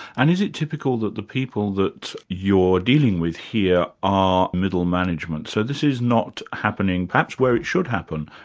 and is it typical that the people that you're dealing with here are middle management, so this is not happening perhaps where it should happen,